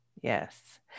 Yes